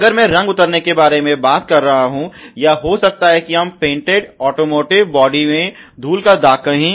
अगर मैं रंग उतरने के बारे में बात कर रहा हूं या हो सकता है कि हम पेंटेड ऑटोमोटिव बॉडी में धूल का दाग कहें